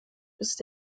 ist